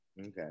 okay